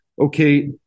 Okay